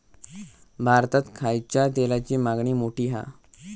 भारतात खायच्या तेलाची मागणी मोठी हा